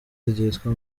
ryitwa